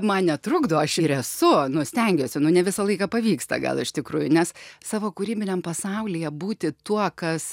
man netrukdo aš ir esu nu stengiuosi nu ne visą laiką pavyksta gal iš tikrųjų nes savo kūrybiniam pasaulyje būti tuo kas